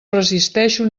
resisteixo